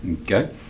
Okay